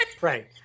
Right